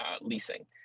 leasing